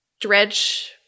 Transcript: dredge